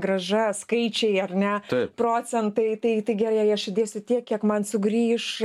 grąža skaičiai ar ne procentai tai tai gerai jei aš įdėsiu tiek kiek man sugrįš